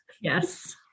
Yes